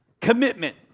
commitment